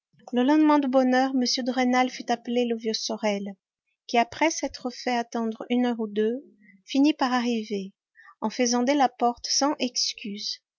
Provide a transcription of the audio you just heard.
le lendemain de bonne heure m de rênal fit appeler le vieux sorel qui après s'être fait attendre une heure ou deux finit par arriver en faisant dès la porte cent excuses